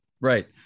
Right